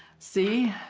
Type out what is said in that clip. see?